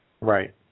Right